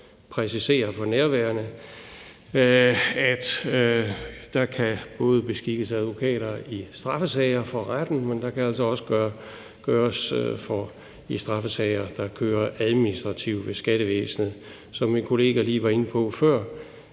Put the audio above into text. præcisere, at der både kan beskikkes advokater i straffesager for retten, men også i straffesager, der kører administrativt ved skattevæsenet. Som min kollega var inde på lige